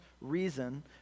reason